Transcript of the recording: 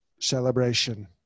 Celebration